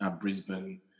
Brisbane